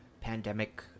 pandemic